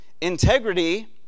integrity